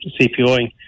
CPOing